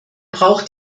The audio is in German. braucht